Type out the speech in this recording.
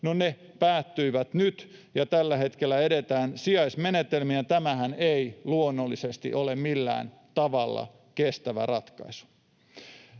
ne päättyivät nyt, ja tällä hetkellä edetään sijaismenetelmin, ja tämähän ei luonnollisesti ole millään tavalla kestävä ratkaisu.